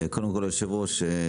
קודם כל היושב ראש,